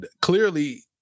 Clearly